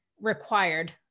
required